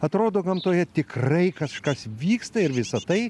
atrodo gamtoje tikrai kažkas vyksta ir visa tai